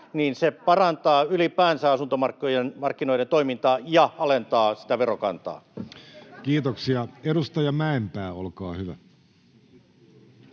se parantaa ylipäänsä asuntomarkkinoiden toimintaa ja alentaa sitä verokantaa. Kiitoksia. — Edustaja Mäenpää, olkaa hyvä.